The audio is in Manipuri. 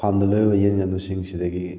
ꯐꯥꯝꯗ ꯂꯣꯏꯔꯤꯕ ꯌꯦꯟ ꯉꯥꯅꯨꯁꯤꯡꯁꯤꯗꯒꯤ